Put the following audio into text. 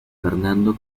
fernando